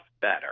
better